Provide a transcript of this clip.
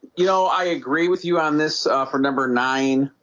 you know, i agree with you on this for number nine